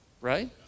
right